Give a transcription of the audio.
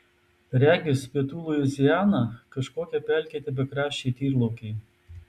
regis pietų luiziana kažkokie pelkėti bekraščiai tyrlaukiai